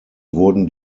wurden